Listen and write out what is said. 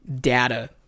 data